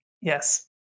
Yes